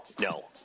no